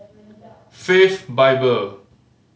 Faith Bible